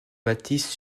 bâtisse